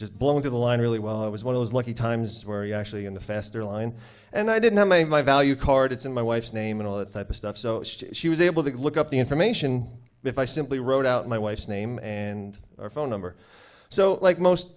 just blown to the line really well i was one of those lucky times where you actually in the faster line and i didn't know my name i value cards and my wife's name and all that type of stuff so she was able to look up the information if i simply wrote out my wife's name and her phone number so like most